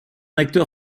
acteur